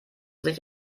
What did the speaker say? sich